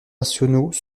nationaux